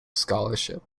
scholarship